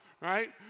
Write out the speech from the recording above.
right